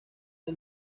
del